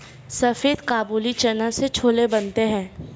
सफेद काबुली चना से छोले बनते हैं